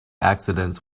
accidents